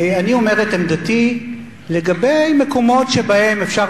אני אומר את עמדתי לגבי מקומות שבהם אפשר